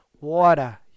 water